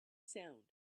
sound